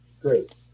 great